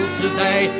today